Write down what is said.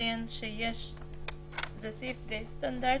זה סעיף די סטנדרטי,